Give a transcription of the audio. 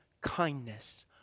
kindness